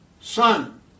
son